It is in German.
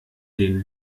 den